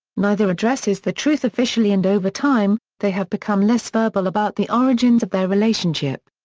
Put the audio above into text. neither addresses the truth officially and over time, they have become less verbal about the origins of their relationship.